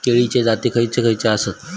केळीचे जाती खयचे खयचे आसत?